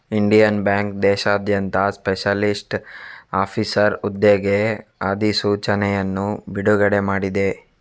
Indian bank ದೇಶಾದ್ಯಂತ specialist officer ಹುದ್ದೆಗೆ ಅಧಿಸೂಚನೆಯನ್ನು ಬಿಡುಗಡೆ ಮಾಡಿದೆ